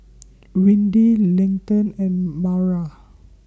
Windy Leighton and Maura